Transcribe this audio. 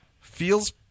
feels